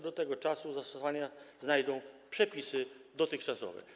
Do tego czasu zastosowanie znajdą przepisy dotychczasowe.